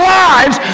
lives